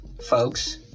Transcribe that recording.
folks